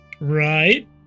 Right